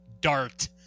dart